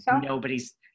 nobody's